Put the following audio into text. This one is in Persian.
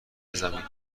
زمین